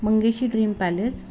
Mangeshi Dream palace